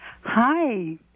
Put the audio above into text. Hi